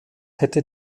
hätte